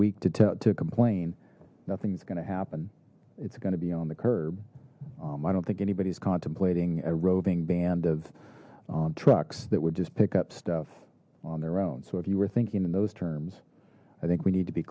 week to to complain nothing's going to happen it's going to be on the curb i don't think anybody's contemplating a roving band of trucks that would just pick up stuff on their own so if you were thinking in those terms i think we need to be